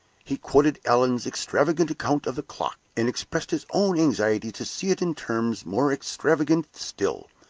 he quoted allan's extravagant account of the clock, and expressed his own anxiety to see it in terms more extravagant still.